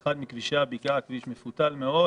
נתקעו באחד מכבישי הבקעה, כביש מפותל מאוד...